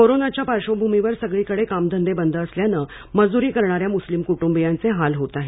कोरोनाच्या पार्श्वभुमीवर सगळीकडे कामधंदे बंद असल्यानं मजूरी करणाऱ्या मुस्लिम कुटुंबीयांचे हाल होत आहेत